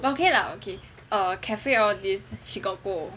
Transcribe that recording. okay lah okay err cafe all this she got go